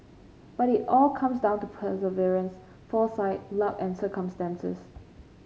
but it all comes down to perseverance foresight luck and circumstances